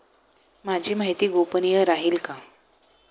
माझी माहिती गोपनीय राहील का?